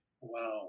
wow